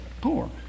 poor